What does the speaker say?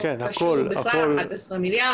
זה לא קשור בכלל ל-11 מיליארד.